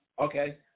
Okay